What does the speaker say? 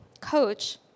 coach